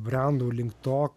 brendau link to